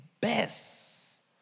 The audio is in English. best